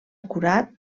curat